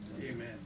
Amen